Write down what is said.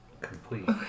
complete